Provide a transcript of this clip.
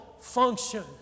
function